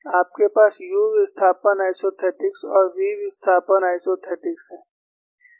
आपके पास u विस्थापन आइसोथेटिक्स और v विस्थापन आइसोथेटिकस है